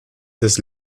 des